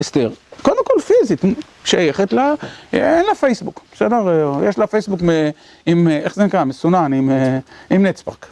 אסתר. קודם כל פיזית, שייכת ל... אין לה פייסבוק. בסדר? יש לה פייסבוק, עם, איך זה נקרא? מסונן, עם נטספאק.